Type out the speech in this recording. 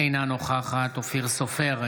אינה נוכחת אופיר סופר,